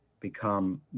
become